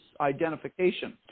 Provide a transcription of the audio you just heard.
identification